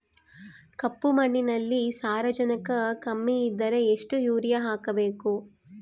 ಕಪ್ಪು ಮಣ್ಣಿನಲ್ಲಿ ಸಾರಜನಕ ಕಮ್ಮಿ ಇದ್ದರೆ ಎಷ್ಟು ಯೂರಿಯಾ ಹಾಕಬೇಕು?